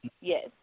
yes